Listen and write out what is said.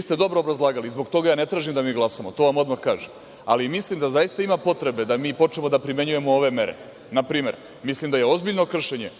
ste dobro obrazlagali, zbog toga ja ne tražim da mi glasamo, to vam odmah kažem, ali mislim da zaista ima potrebe da mi počnemo da primenjujemo ove mere. Na primer, mislim da je ozbiljno kršenje